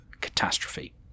catastrophe